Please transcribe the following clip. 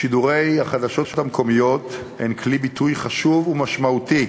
שידורי החדשות המקומיות הם כלי חשוב ומשמעותי